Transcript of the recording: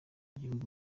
gihugu